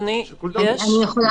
אני רוצה